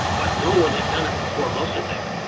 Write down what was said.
but no-one had done it before mossadeq.